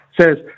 says